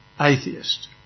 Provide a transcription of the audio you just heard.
atheist